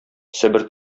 себер